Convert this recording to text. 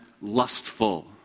lustful